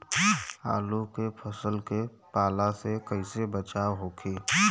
आलू के फसल के पाला से कइसे बचाव होखि?